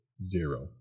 zero